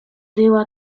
była